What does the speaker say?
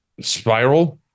spiral